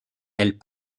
elle